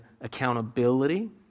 accountability